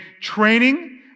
training